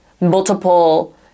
multiple